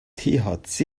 thc